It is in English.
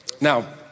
now